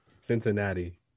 Cincinnati